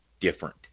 different